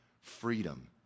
freedom